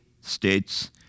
states